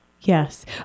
Yes